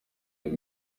des